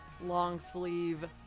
long-sleeve